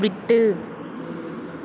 விட்டு